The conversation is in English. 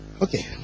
Okay